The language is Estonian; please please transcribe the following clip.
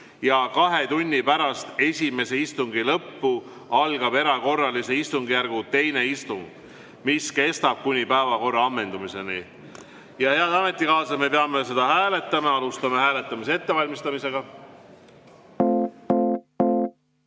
ja kaks tundi pärast esimese istungi lõppu algab erakorralise istungjärgu teine istung, mis kestab kuni päevakorra ammendumiseni. Head ametikaaslased, me peame seda hääletama. Alustame hääletamise ettevalmistamist. Protseduuriline